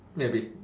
maybe